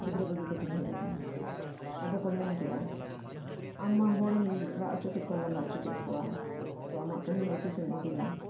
ᱜᱤᱫᱽᱨᱟᱹ ᱵᱟᱹᱜᱤ ᱠᱟᱛᱮᱧ ᱦᱮᱡ ᱟᱠᱟᱱᱟ ᱟᱫᱚᱠᱚ ᱢᱮᱱ ᱠᱮᱜᱼᱟ ᱟᱢ ᱢᱟ ᱦᱚᱲᱮᱢ ᱨᱟᱜ ᱦᱚᱪᱚ ᱠᱮᱫ ᱠᱚᱣᱟ ᱞᱟᱸᱫᱟ ᱦᱚᱪᱚ ᱠᱮᱫ ᱠᱚᱣᱟ ᱛᱚ ᱟᱢᱟᱜ ᱠᱟᱹᱦᱱᱤ ᱫᱚ ᱛᱤᱥᱮᱢ ᱩᱫᱩᱜᱟ